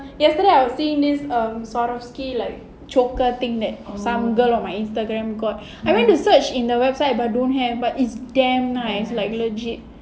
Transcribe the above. yesterday I was seeing this um Swarovski like choker thing that some girl on my Instagram got I went to search in the website but don't have but it's damn nice it's like legit